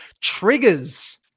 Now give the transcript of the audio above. triggers